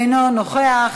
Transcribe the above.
אינו נוכח.